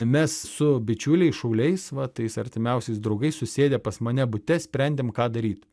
mes su bičiuliais šauliais vat tais artimiausiais draugais susėdę pas mane bute sprendėm ką daryt